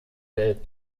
will